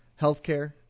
healthcare